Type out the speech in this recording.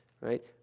right